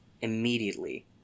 immediately